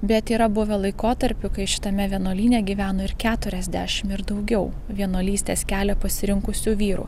bet yra buvę laikotarpių kai šitame vienuolyne gyveno ir keturiasdešim ir daugiau vienuolystės kelią pasirinkusių vyrų